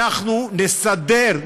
אנחנו נסדר,